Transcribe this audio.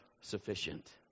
sufficient